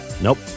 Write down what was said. Nope